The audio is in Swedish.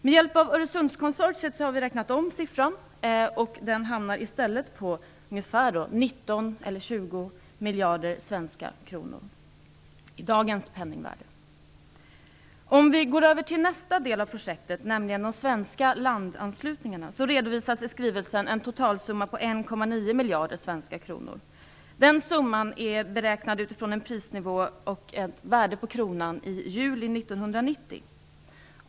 Med hjälp av Öresundskonsortiet har vi räknat om siffran, och den hamnar i dagens penningvärde på 19 eller 20 miljarder svenska kronor. Om vi går över på nästa del av projektet, nämligen de svenska landanslutningarna, redovisas i skrivelsen en totalsumma på 1,9 miljarder svenska kronor. Den summan är beräknad utifrån prisnivån och värdet på kronan från juli 1990.